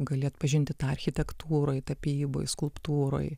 gali atpažinti tą architektūroj tapyboj skulptūroj